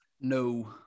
No